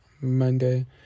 Monday